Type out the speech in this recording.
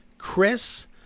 Chris